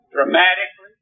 Dramatically